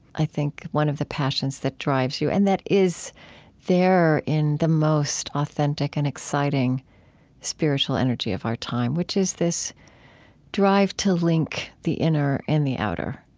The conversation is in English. i think, one of the passions that drives you and that is there in the most authentic and exciting spiritual energy of our time, which is this drive to link the inner and the outer